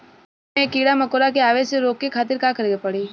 खेत मे कीड़ा मकोरा के आवे से रोके खातिर का करे के पड़ी?